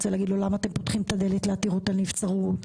ולהגיד למה אתם פותחים את הדלת לעתירות על נבצרות,